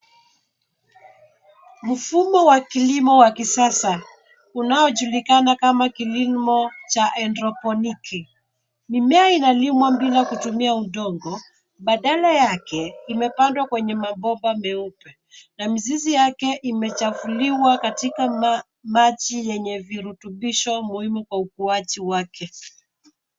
Mfumo wa kilimo wa kisasa, unaojulikana kama kilimo cha hydroponic . Mimea inalimwa bila kutumia udongo, baadala yake imepandwa kwenye mabomba meupe, na mizizi yake imechafuliwa ndani ya maji yenye virutubisho muhimu kwa ukuaji wake.